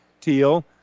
Teal